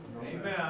Amen